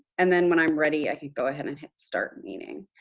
and then when i'm ready, i can go ahead an hit start meeting.